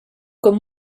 com